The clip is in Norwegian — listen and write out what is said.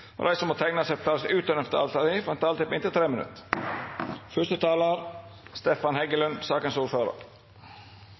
og de som måtte tegne seg på talerlisten utover den fordelte taletid, får en taletid på inntil